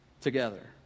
together